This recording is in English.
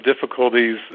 difficulties